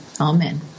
Amen